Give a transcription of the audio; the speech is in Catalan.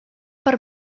per